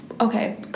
Okay